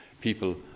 people